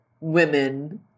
women